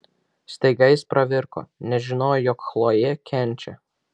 staiga jis pravirko nes žinojo jog chlojė kenčia